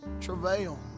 travail